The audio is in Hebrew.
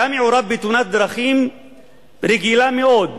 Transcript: היה מעורב בתאונת דרכים רגילה מאוד,